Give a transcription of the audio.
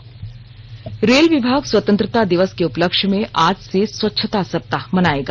rail स्वच्छता रेल विभाग स्वतंत्रता दिवस के उपलक्ष में आज से स्वच्छता सप्ताह मनाएगा